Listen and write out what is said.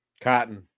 Cotton